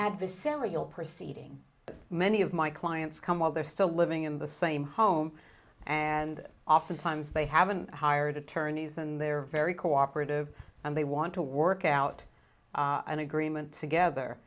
adversarial proceeding but many of my clients come while they're still living in the same home and oftentimes they haven't hired attorneys and they're very cooperative and they want to work out an agreement together